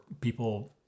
people